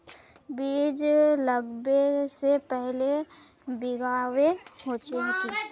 बीज लागबे से पहले भींगावे होचे की?